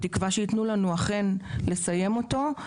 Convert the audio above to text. בתקווה שאכן יתנו לנו לסיים אותו.